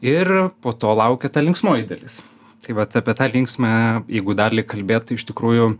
ir po to laukia ta linksmoji dalis tai vat apie tą linksmąją jeigu dalį kalbėt tai iš tikrųjų